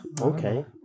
Okay